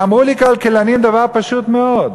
אמרו לי כלכלנים דבר פשוט מאוד: